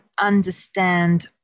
understand